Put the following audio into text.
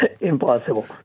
Impossible